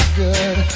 good